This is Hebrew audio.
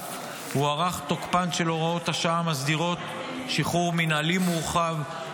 בנוסף הוארך תוקפן של הוראות השעה המסדירות שחרור מינהלי מורחב,